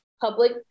public